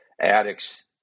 addicts